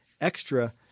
extra